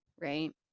right